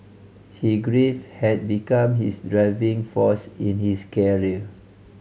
he grief had become his driving force in his care